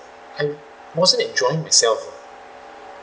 I wasn't enjoying myself uh